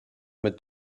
mit